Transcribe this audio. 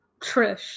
Trish